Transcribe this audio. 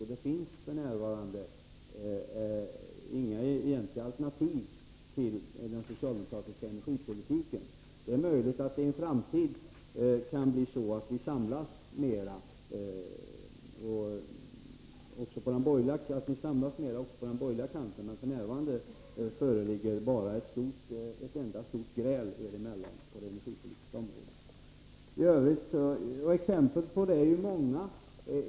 F. n. finns inga egentliga alternativ till den socialdemokratiska energipolitiken. Det är möjligt att det i en framtid kan bli så att man samlas mera också på den borgerliga kanten. Men f. n. råder det bara ett enda stort gräl er emellan på det energipolitiska området. Exemplen på detta är många.